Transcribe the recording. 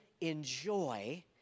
enjoy